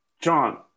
John